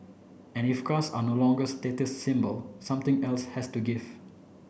and if cars are no longer status symbol something else has to give